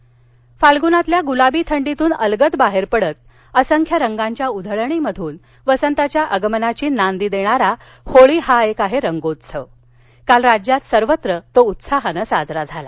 होळी फाल्गुनातील गुलाबी थंडीतून अलगद बाहेर पडत असंख्य रंगांच्या उधळणीमधून वसंताच्या आगमनाची नांदी देणारा होळी हा आहे एक रंगोत्सव काल राज्यात सर्वत्र तो उत्साहानं साजरा झाला